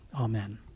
amen